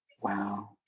Wow